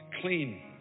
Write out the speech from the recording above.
clean